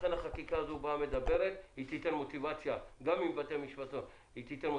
לכן החקיקה הזאת תיתן מוטיבציה גם לבעלי האולמות